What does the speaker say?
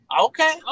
okay